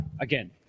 again